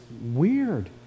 weird